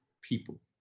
people